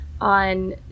on